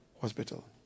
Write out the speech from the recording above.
hospital